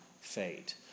fate